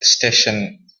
station